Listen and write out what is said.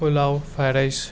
pulao fry rice